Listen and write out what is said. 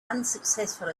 unsuccessful